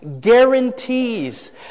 guarantees